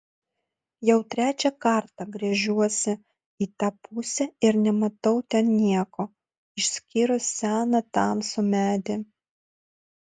jau trečią kartą gręžiuosi į tą pusę ir nematau ten nieko išskyrus seną tamsų medį